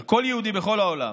על כל יהודי בכל העולם.